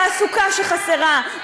תעסוקה שחסרה,